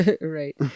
Right